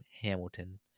Hamilton